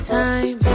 time